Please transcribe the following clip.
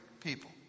people